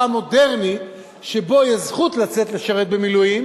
המודרניים שבהם יש זכות לשרת במילואים,